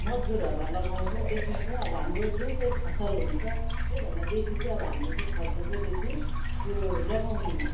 मजदुरहरूलाई लगाउँछौँ त्यसमा चाहिँ अब हाम्रो जुन चाहिँ फसल हुन्छ त्यो भन्दा बेसी चाहिँ अब हाम्रो चाहिँ खर्च चाहिँ बेसी त्यो लगाउनुमा